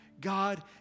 God